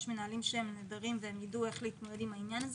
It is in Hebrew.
יש מנהלים נהדרים שיידעו איך להתמודד עם העניין הזה,